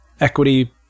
equity